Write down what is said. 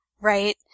right